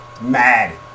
mad